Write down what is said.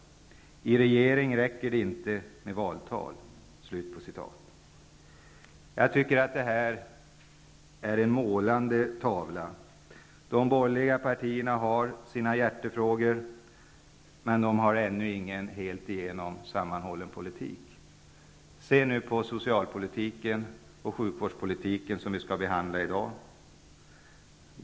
I regering räcker det inte med valtal.'' Jag tycker att det är en målande beskrivning. De borgerliga partierna har sina hjärtefrågor, men de har ännu ingen heltigenom sammanhållen politik. Se på socialpolitiken och sjukvårdspolitiken, som vi skall behandla i dag.